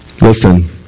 listen